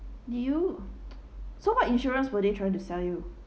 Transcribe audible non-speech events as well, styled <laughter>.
do you <noise> so what insurance were they trying to sell you